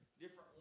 different